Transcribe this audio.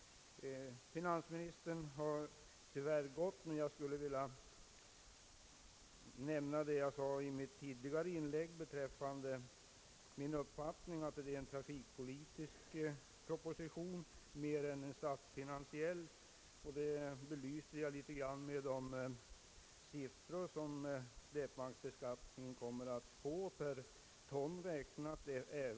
Finansministern har tyvärr gått, men jag skulle vilja återkomma till min uppfattning som jag anförde i mitt tidigare inlägg att detta är en rent trafikpolitisk proposition mer än en statsfinansiell. Jag belyste detta med några siffror gällande släpvagnsbeskattningen per ton räknat.